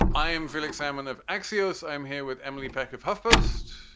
i am felix salmon of axios. i'm here with emily peck of huffpost.